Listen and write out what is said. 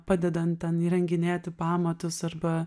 padedant ten įrenginėti pamatus arba